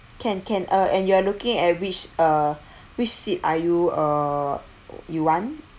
can can uh and you are looking at which uh which seat are you uh you want